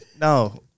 no